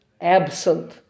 absent